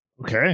Okay